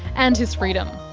and his freedom.